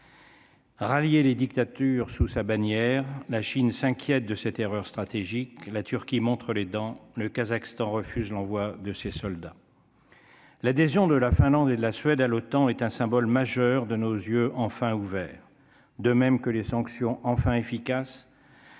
Rallier les dictatures sous sa bannière, la Chine s'inquiète de cette erreur stratégique, la Turquie montre les dents, le Kazakhstan, refuse l'envoi de ces soldats, l'adhésion de la Finlande et la Suède à l'OTAN, est un symbole majeur de nos yeux, enfin ouvert, de même que les sanctions enfin efficace.